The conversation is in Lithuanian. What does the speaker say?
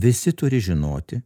visi turi žinoti